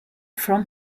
from